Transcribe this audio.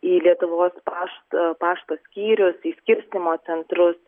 į lietuvos pašt pašto skyrius į skirstymo centrus